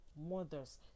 mothers